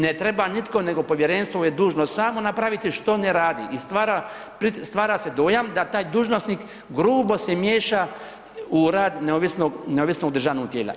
Ne treba nitko nego Povjerenstvo je dužno samo napraviti što ne radi i stvara se dojam da taj dužnosnik grubo se miješa u rad neovisnog državnog tijela.